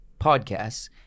podcasts